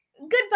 Goodbye